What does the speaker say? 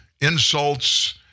insults